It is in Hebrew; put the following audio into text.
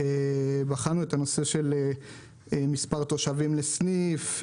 בחנו את מספר התושבים לסניף,